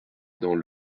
dans